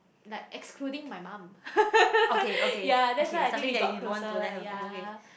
like excluding my mom yea that's why I think we got closer lah yea